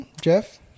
Jeff